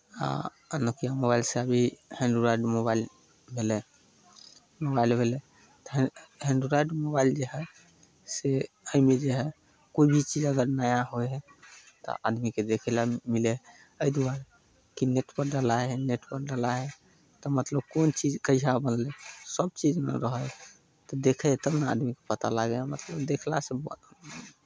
आ नोकिया मोबाइलसँ अभी एंड्रॉयड मोबाइल भेलै मोबाइल भेलै एंड एंड्रॉयड मोबाइल जे हइ से एहिमे जे हइ कोइ भी चीज अगर नया होइ हइ तऽ आदमीकेँ देखय लए मिलै हइ एहि दुआरे कि नेटपर डलाइ हइ नेटपर डलाइ हइ तऽ मतलब कोन चीज कैसा बनलै सभचीज ओहिमे रहै हइ तऽ देखै हइ तब ने आदमी पता लागै हइ मतलब देखलासँ